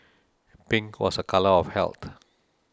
pink was a colour of health